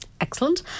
Excellent